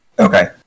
Okay